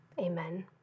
Amen